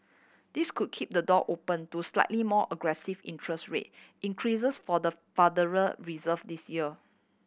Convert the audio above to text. this could keep the door open to slightly more aggressive interest rate increases for the Federal Reserve this year